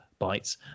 Bytes